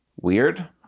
weird